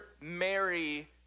Mary